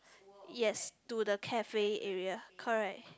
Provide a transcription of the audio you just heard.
yes to the cafe area correct